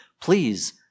Please